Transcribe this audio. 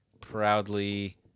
Proudly